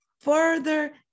further